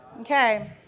Okay